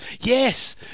Yes